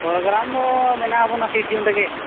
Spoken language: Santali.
ᱯᱨᱳᱜᱨᱟᱢ ᱫᱚ ᱢᱮᱱᱟᱜᱼᱟ ᱟᱵᱚ ᱚᱱᱟ ᱛᱤᱨᱤᱥ ᱡᱩᱱ ᱨᱮᱜᱮ